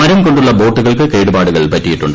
മരം കൊണ്ടുള്ള ബോട്ടുകൾക്ക് കേടുപാടുകൾ പറ്റിയിട്ടുണ്ട്